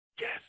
Yes